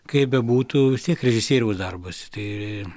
kaip bebūtų vis tiek režisieriaus darbas tai